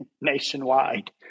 nationwide